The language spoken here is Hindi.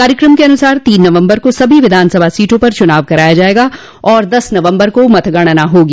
कार्यक्रम के अनुसार तीन नवम्बर को सभी विधानसभा सीटों पर चुनाव कराया जायेगा और दस नवम्बर को मतगणना होगी